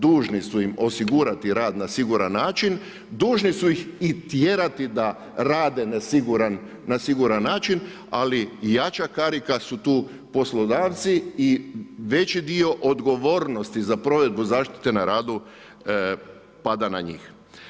Dužni su im osigurati rad na siguran način, dužni su ih i tjerati da rade na siguran način ali jača karika su tu poslodavci i veći dio odgovornosti za provedbu zaštite na radu pada na njih.